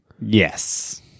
Yes